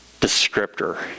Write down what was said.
descriptor